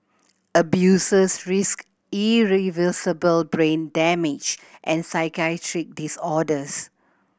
abusers risked irreversible brain damage and psychiatric disorders